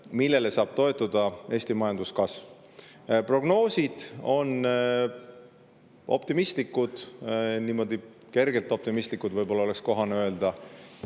millele saab toetuda Eesti majanduskasv. Prognoosid on optimistlikud – kergelt optimistlikud võib-olla oleks kohane öelda